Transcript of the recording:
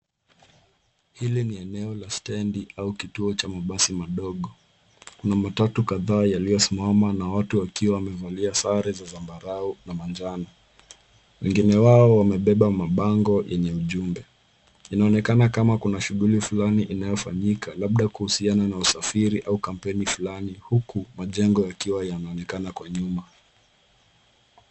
Hili ni eneo la stendi au kituo cha mabasi madogo. Kuna matatu kadhaa yaliyosimama na watu wakiwa wamevalia sare za zambarau na manjano. Wengine wao wamebeba mabango yenye ujumbe. Inaonekana kama kuna shughuli fulani inayofanyika, labda kuhusiana na usafiri au campaign fulani, huku majengo yakiwa yanaonekana kwa nyuma.